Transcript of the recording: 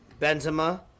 Benzema